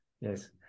Yes